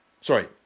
Sorry